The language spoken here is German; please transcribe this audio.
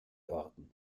orden